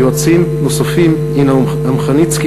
יועצים נוספים הם אינה אמחניצקי,